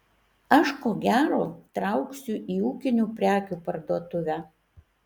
aš ko gero trauksiu į ūkinių prekių parduotuvę